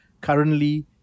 currently